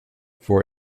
for